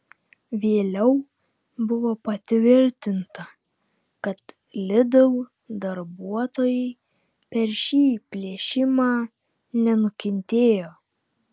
vėliau buvo patvirtinta kad lidl darbuotojai per šį plėšimą nenukentėjo